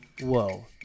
whoa